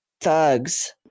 thugs